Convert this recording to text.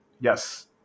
yes